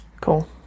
Cool